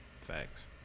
Facts